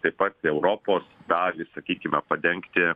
taip pat europos dalį sakykime padengti